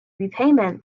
repayments